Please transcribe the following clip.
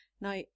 Now